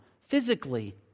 Physically